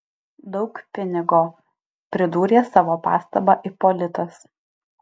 daug pinigo pridūrė savo pastabą ipolitas